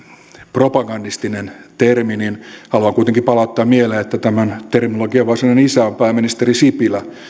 propagandistinen termi niin haluan kuitenkin palauttaa mieleen että tämän terminologian varsinainen isä on pääministeri sipilä